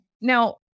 Now